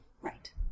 Right